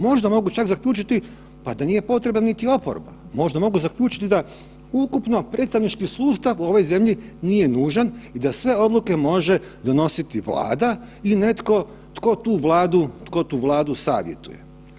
Možda mogu čak zaključiti a da nije potrebna niti oporba, možda mogu zaključiti da ukupno predstavnički sustav u ovoj zemlji nije nužan i da sve odluke može donositi Vlada i netko tko tu Vladu, tko tu Vladu savjetuje.